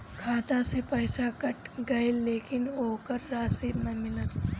खाता से पइसा कट गेलऽ लेकिन ओकर रशिद न मिलल?